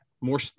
more